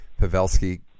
Pavelski